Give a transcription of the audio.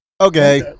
okay